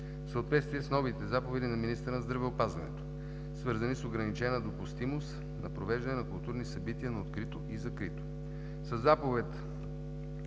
съответствие с новите заповеди на министъра на здравеопазването, свързани с ограничена допустимост за провеждане на културни събития на открито и закрито.